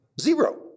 Zero